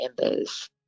members